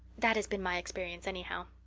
that has been my experience anyhow.